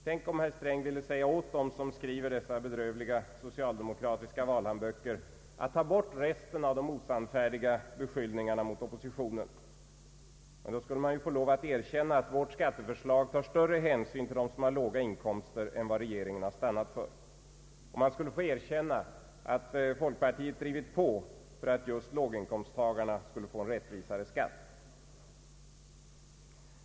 Tänk om herr Sträng ville säga åt dem som skriver dessa bedrövliga socialdemokratiska valhandböcker att ta bort resten av de osannfärdiga beskyllningarna mot oppositionen. Men då skulle man ju få lov att erkänna att vårt skatteförslag tar större hänsyn till dem som har låga inkomster än vad regeringen har stannat för. Och man skulle få erkänna att folkpartiet drivit på för att just låginkomsttagarna skulle få en rättvisare skatt.